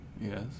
Yes